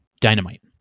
Dynamite